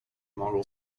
mongol